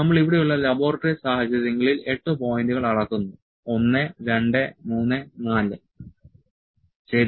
നമ്മൾ ഇവിടെയുള്ള ലബോറട്ടറി സാഹചര്യങ്ങളിൽ 8 പോയിന്റുകൾ അളക്കുന്നു 1234 ശരി